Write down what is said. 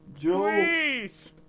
Please